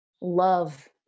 love